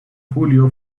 julio